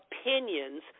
opinions